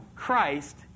Christ